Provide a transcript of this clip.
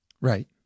Right